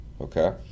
Okay